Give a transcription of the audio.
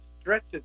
stretches